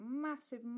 massive